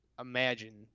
imagine –